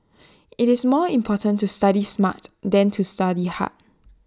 IT is more important to study smart than to study hard